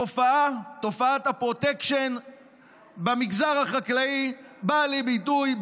תופעת הפרוטקשן במגזר החקלאי באה לידי ביטוי,